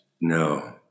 No